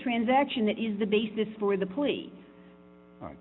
transaction that is the basis for the